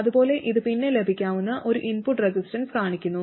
അതുപോലെ ഇത് പിന്നെ ലഭിക്കാവുന്ന ഒരു ഇൻപുട്ട് റെസിസ്റ്റൻസ് കാണിക്കുന്നു